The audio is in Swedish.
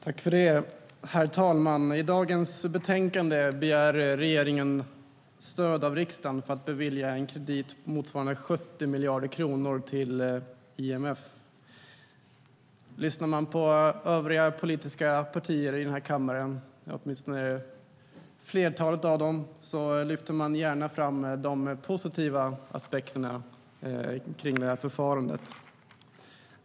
Herr talman! I betänkandet begär regeringen stöd av riksdagen för att bevilja en kredit motsvarande 70 miljarder kronor till IMF. Om man lyssnar på övriga politiska partier i den här kammaren, åtminstone flertalet av dem, hör man att de gärna lyfter fram de positiva aspekterna med förfarandet.